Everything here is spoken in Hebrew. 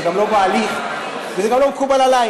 זה גם לא בהליך, וזה גם לא מקובל עלייך.